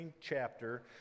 chapter